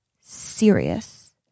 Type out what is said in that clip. serious